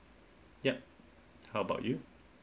yup how about you